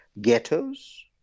ghettos